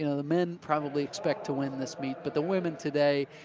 you know the men probably expect to win this meet, but the women today,